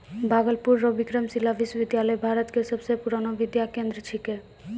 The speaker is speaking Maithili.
भागलपुर रो विक्रमशिला विश्वविद्यालय भारत के सबसे पुरानो विद्या केंद्र छिकै